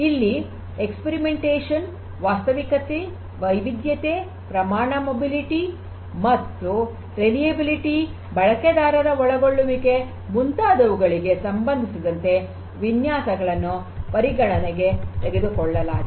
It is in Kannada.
ಇಲ್ಲಿ ಪ್ರಯೋಗ ವಾಸ್ತವಿಕತೆ ವೈವಿದ್ಯತೆ ಪ್ರಮಾಣ ಚಲನಶೀಲತೆ ವಿಶ್ವಾಸಾರ್ಹತೆ ಬಳಕೆದಾರರ ಒಳಗೊಳ್ಳುವಿಕೆ ಮುಂತಾದವುಗಳಿಗೆ ಸಂಬಂಧಿಸಿದಂತೆ ವಿನ್ಯಾಸಗಳನ್ನು ಪರಿಗಣನೆಗೆ ತೆಗೆದುಕೊಳ್ಳಲಾಗಿದೆ